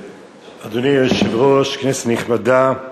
היושב-ראש, כנסת נכבדה,